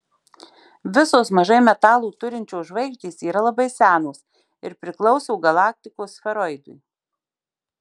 visos mažai metalų turinčios žvaigždės yra labai senos ir priklauso galaktikos sferoidui